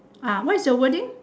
ah what is your wording